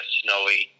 snowy